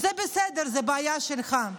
זה בסדר, זו בעיה שלך,